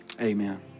Amen